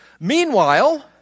Meanwhile